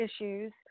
issues